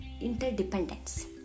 interdependence